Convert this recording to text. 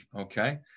Okay